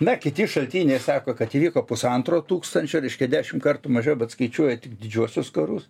na kiti šaltiniai sako kad įvyko pusantro tūkstančio reiškia dešim kartų mažiau bet skaičiuoja tik didžiuosius karus